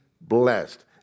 blessed